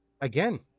Again